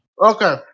Okay